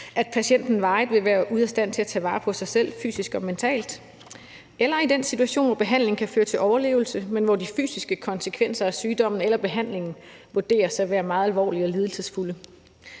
at patienten varigt vil være ude af stand til at tage vare på sig selv fysisk og mentalt, eller i den situation, hvor behandling kan føre til overlevelse, men hvor de fysiske konsekvenser af sygdommen eller behandlingen vurderes at være meget alvorlige og lidelsesfulde.